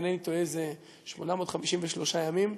אם אינני טועה זה 853 ימים,